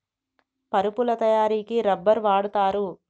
పరుపుల తయారికి రబ్బర్ వాడుతారు